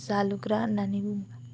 जालुग्रा होननानै बुङो